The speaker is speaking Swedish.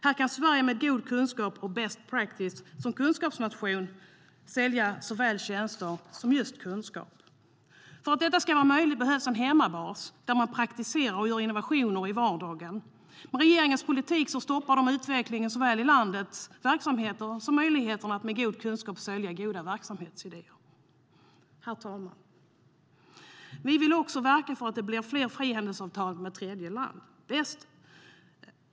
Här kan Sverige med god kunskap och best practice som kunskapsnation sälja såväl tjänster som just kunskap. Herr talman! Vi vill också verka för fler frihandelsavtal med tredjeland.